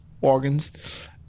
organs